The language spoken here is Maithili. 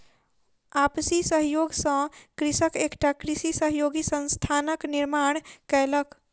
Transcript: आपसी सहयोग सॅ कृषक एकटा कृषि सहयोगी संस्थानक निर्माण कयलक